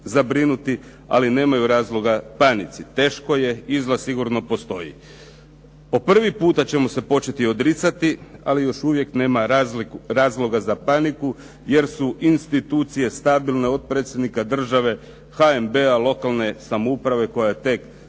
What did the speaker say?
ali nemaju razloga panici, teško je, izlaz sigurno postoji. Po prvi puta ćemo se početi odricati ali još uvijek nema razloga za paniku, jer su institucije stabilne od predsjednika države, HNB-a, lokalne samouprave koja je tek